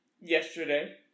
yesterday